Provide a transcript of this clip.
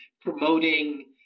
promoting